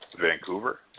Vancouver